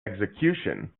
execution